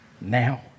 Now